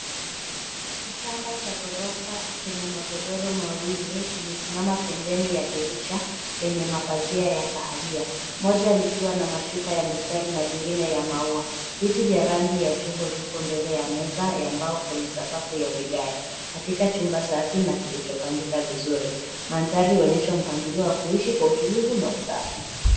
Kitanda cha ghorofa chenye magodoro mawili kimesimama pembeni ya dirisha lenye mapazia ya kahawia, moja likiwa na mashuka ya mistari na lingine ya maua, viti vya rangi ya chungwa vipo mbele ya meza ya mbao kwenye sakafu ya vigae katika chumba safi na kilichopangika vizuri, mandhari huonyesha mpangilio wa kuishi kwa utulivu na usafi.